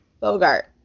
Bogart